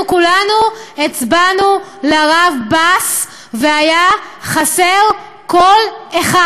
אנחנו כולנו הצבענו לרב בס, והיה חסר קול אחד.